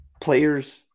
Players